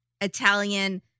Italian